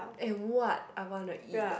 eh what I want to eat ah